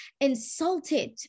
insulted